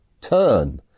turn